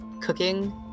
cooking